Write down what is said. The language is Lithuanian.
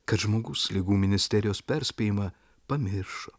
kad žmogus ligų ministerijos perspėjimą pamiršo